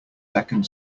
second